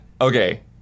Okay